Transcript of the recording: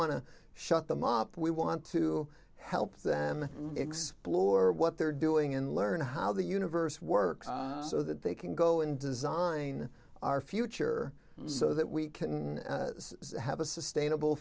want to shut them up we want to help them explore what they're doing and learn how the universe works so that they can go and design our future so that we can have a sustainable